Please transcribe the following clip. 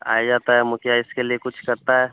आ जाता है मुखिया इसके लिए कुछ करता है